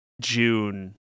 June